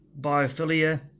biophilia